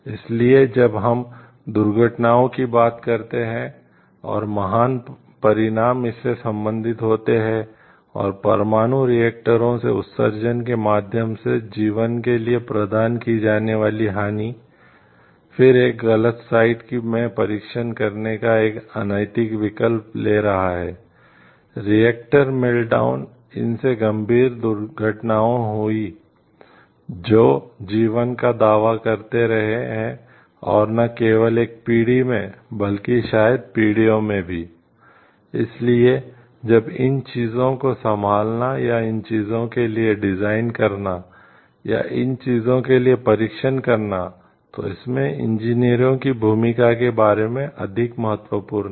इसलिए जब हम दुर्घटनाओं की बात करते हैं और महान परिणाम इससे संबंधित होते हैं और परमाणु रिएक्टरों की भूमिका के बारे में अधिक महत्वपूर्ण है